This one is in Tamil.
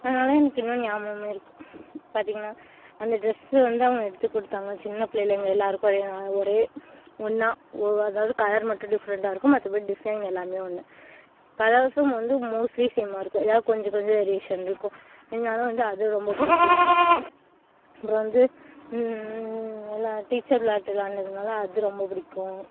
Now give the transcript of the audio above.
அதனால எனக்கு இன்னும் ஞாபகமே இருக்குது பார்த்திங்கனா அந்த ட்ரெஸ்ஸு வந்து அவங்க எடுத்து கொடுத்தாங்க சின்ன பிள்ளைல எங்கள் எல்லாேருக்கும் ஒரே ஒரே ஒன்றா அதாவது கலர் மட்டும் டிஃப்ரண்ட்டாக இருக்கும் மற்றபடி டிசைன் எல்லாமே ஒன்று கலர்ஸும் வந்து மோஸ்ட்லி சேமாக இருக்கும் எதாவது கொஞ்சம் கொஞ்சம் வேரியேஷன் இருக்கும் இருந்தாலும் வந்து அது ரொம்ப பிடிக்கும் அப்புறம் வந்து டீச்சர் விளையாட்டு விளையாண்டதுனால அது ரொம்ப பிடிக்கும்